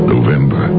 November